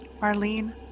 Marlene